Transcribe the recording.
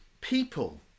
people